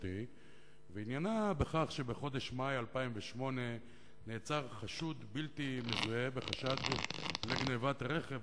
ועניינה בכך שבחודש מאי 2008 נעצר חשוד בלתי מזוהה בחשד לגנבת רכב,